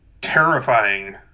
terrifying